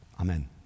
Amen